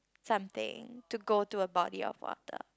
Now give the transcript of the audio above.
something to go to a body of water